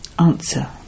answer